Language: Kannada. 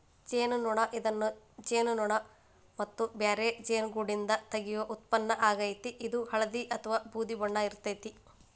ಜೇನುಮೇಣ ಇದನ್ನ ಜೇನುನೋಣ ಮತ್ತ ಬ್ಯಾರೆ ಜೇನುಗೂಡ್ನಿಂದ ತಗಿಯೋ ಉತ್ಪನ್ನ ಆಗೇತಿ, ಇದು ಹಳ್ದಿ ಅತ್ವಾ ಬೂದಿ ಬಣ್ಣ ಇರ್ತೇತಿ